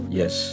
yes